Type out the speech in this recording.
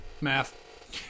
Math